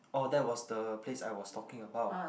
oh that was the place I was talking about